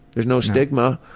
there's no stigma.